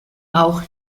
auch